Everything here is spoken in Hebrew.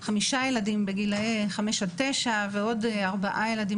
חמישה ילדים בגילאי 5-9 ועוד ארבעה ילדים